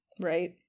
Right